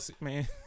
man